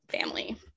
family